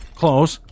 close